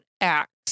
Acts